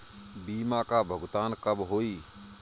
बीमा का भुगतान कब होइ?